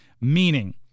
meaning